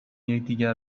یکدیگر